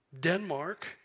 Denmark